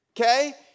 Okay